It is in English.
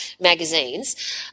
magazines